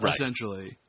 essentially